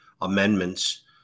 amendments